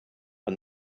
and